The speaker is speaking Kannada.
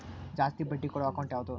ಜಾಸ್ತಿ ಬಡ್ಡಿ ಕೊಡೋ ಅಕೌಂಟ್ ಯಾವುದು?